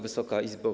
Wysoka Izbo!